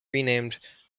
renamed